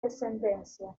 descendencia